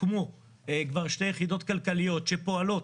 הוקמו שתי יחידות כלכליות שפועלות